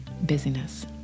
busyness